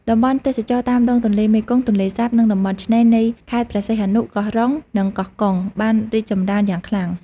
តំបន់ទេសចរណ៍តាមដងទន្លេមេគង្គ ទន្លេសាប និងតំបន់ឆ្នេរនៃខេត្តព្រះសីហនុ កោះរ៉ុង និងកោះកុង បានរីកចម្រើនយ៉ាងខ្លាំង។